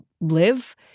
live